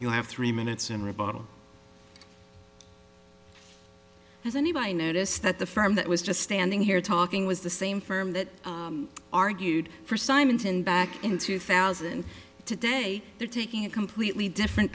you have three minutes in rebuttal has anybody noticed that the firm that was just standing here talking was the same firm that argued for simonton back in two thousand today they're taking a completely different